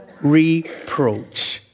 reproach